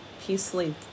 peacefully